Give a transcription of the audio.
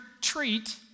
treat